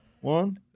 One